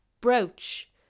brooch